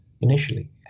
initially